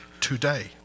today